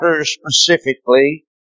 specifically